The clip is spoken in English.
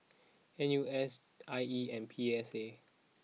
N U S I E and P S A